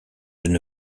une